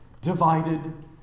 divided